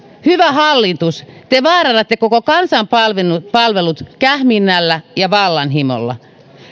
hyvä hallitus te vaarannatte koko kansan palvelut palvelut kähminnällä ja vallanhimolla